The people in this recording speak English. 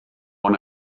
one